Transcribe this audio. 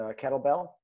kettlebell